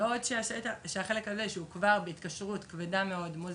בעוד שהחלק הזה שהוא כבר בהתקשרות כבדה מאד מול